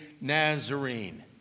Nazarene